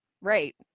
right